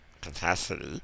capacity